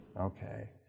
Okay